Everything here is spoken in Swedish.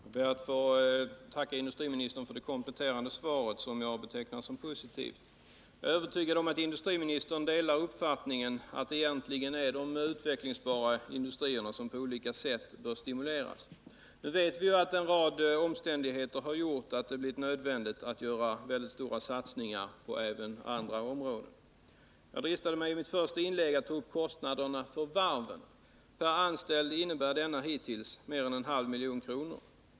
Fru talman! Jag ber att få tacka industriministern för det kompletterande svaret, som jag betecknar som positivt. Jag är övertygad om att industriministern delar uppfattningen att det egentligen är de utvecklingsbara industrierna som på olika sätt bör stimuleras. Vi vet att en rad omständigheter har gjort att det blivit nödvändigt att göra stora satsningar även på andra områden. Jag dristade mig att i mitt första inlägg ta upp kostnaderna för stödet till varven. Per anställd är denna kostnad hittills mer än en halv miljon kronor.